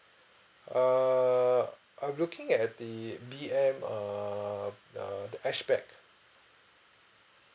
err I'm looking at uh the B_M err uh the hatchback